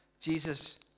Jesus